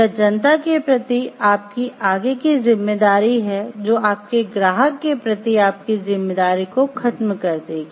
या जनता के प्रति आपकी आगे की जिम्मेदारी है जो आपके ग्राहक के प्रति आपकी जिम्मेदारी को खत्म कर देगी